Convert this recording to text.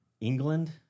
England